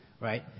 Right